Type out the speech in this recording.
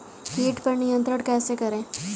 कीट पर नियंत्रण कैसे करें?